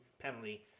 penalty